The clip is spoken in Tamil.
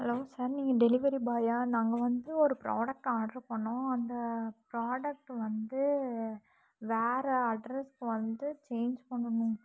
ஹலோ சார் நீங்கள் டெலிவரி பாயா நாங்கள் வந்து ஒரு ப்ரோடக்ட் ஆர்ட்ரு பண்ணிணோம் அந்த ப்ரோடக்ட்டு வந்து வேறு அட்ரஸ்க்கு வந்து சேஞ்ச் பண்ணணும்